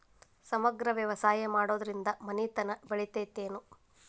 ಸಮಗ್ರ ವ್ಯವಸಾಯ ಮಾಡುದ್ರಿಂದ ಮನಿತನ ಬೇಳಿತೈತೇನು?